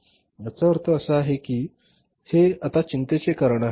याचा अर्थ असा आहे की हे आता चिंतेचे कारण आहे